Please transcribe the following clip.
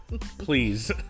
Please